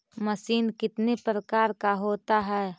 Machine कितने प्रकार का होता है?